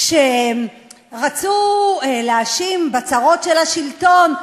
כשרצו להאשים בצרות של השלטון,